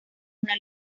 una